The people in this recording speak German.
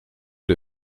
die